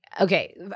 Okay